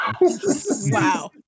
wow